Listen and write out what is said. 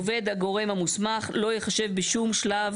"עובד הגורם המוסמך לא ייחשב בשום שלב